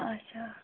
اَچھا